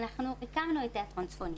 אנחנו הקמנו את תיאטרון צפונית'לה.